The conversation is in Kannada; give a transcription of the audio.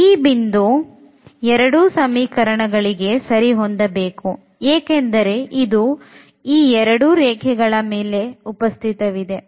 ಈ ಬಿಂದು ಎರಡೂ ಸಮೀಕರಣಗಳನ್ನು ಸರಿ ಹೊಂದಬೇಕು ಏಕೆಂದರೆ ಇದು ಈ ಎರಡೂ ರೇಖೆಗಳ ಮೇಲೆ ಉಪಸ್ಥಿತವಿದೆ